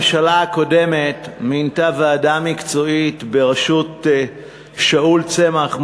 הממשלה הקודמת מינתה ועדה מקצועית בראשות שאול צמח,